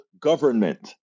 government